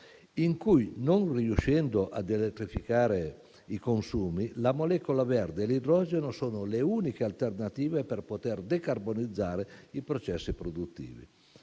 in cui, non riuscendo ad elettrificare i consumi, la molecola verde e l'idrogeno sono le uniche alternative per poter decarbonizzare i processi produttivi.